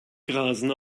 grasen